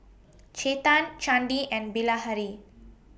Chetan Chandi and Bilahari